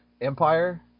Empire